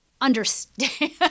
understand